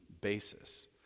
basis